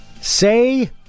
Say